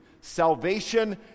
Salvation